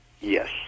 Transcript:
yes